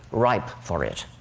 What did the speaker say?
ripe for it.